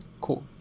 Cool